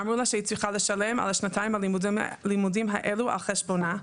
אמרו לה שהיא צריכה לשלם על השנתיים לימודים האלו על חשבונה,